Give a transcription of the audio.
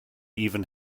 even